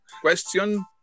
question